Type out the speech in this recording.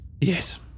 Yes